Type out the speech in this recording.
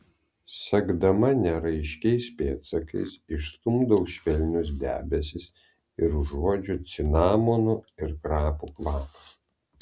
sekdama neraiškiais pėdsakais išstumdau švelnius debesis ir užuodžiu cinamonų ir krapų kvapą